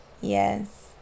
Yes